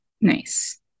Nice